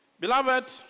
Beloved